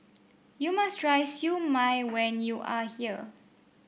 you must try Siew Mai when you are here